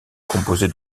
composé